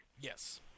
Yes